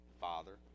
Father